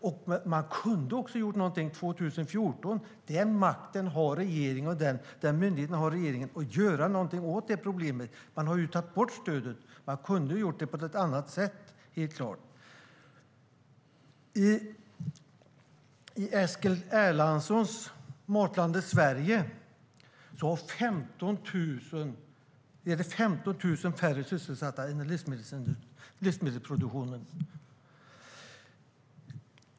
Regeringen skulle kunna göra någonting 2014; man har makten och myndigheten att göra någonting åt problemet. Man har ju tagit bort stödet. Man kunde helt klart ha gjort på ett annat sätt. I Eskil Erlandssons Matlandet Sverige är det 15 000 färre sysselsatta inom livsmedelsproduktionen.